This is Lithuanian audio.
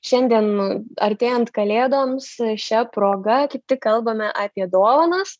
šiandien artėjant kalėdoms šia proga kaip tik kalbame apie dovanas